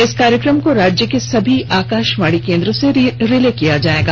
इस कार्यक्रम को राज्य में स्थित सभी आकाशवाणी केंद्रों से रिले किया जाएगा